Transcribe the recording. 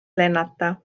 lennata